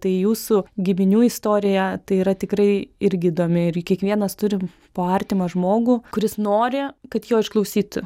tai jūsų giminių istorija tai yra tikrai irgi įdomi ir kiekvienas turim po artimą žmogų kuris nori kad jo išklausytų